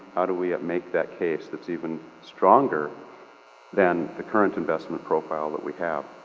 how do we make that case that's even stronger than the current investment profile that we have?